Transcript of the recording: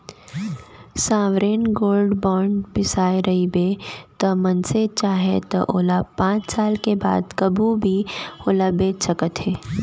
sovereign gold bond बिसाए रहिबे त मनसे चाहय त ओला पाँच साल के बाद कभू भी ओला बेंच सकथे